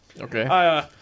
Okay